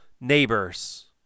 neighbors